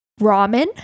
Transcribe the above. ramen